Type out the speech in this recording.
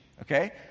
Okay